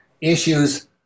issues